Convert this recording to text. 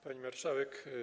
Pani Marszałek!